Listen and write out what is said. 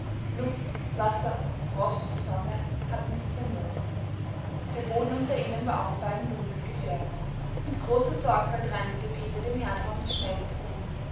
luft wasser frost und sonne hatten sie zermürbt der boden unter ihnen war auffallend dunkel gefärbt mit großer sorgfalt reinigte peter den herdraum des